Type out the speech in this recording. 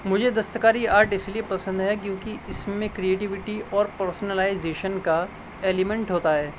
مجھے دستکاری آرٹ اس لیے پسند ہے کیونکہ اس میں کریٹویٹی اور پرسنلائزیشن کا ایلیمنٹ ہوتا ہے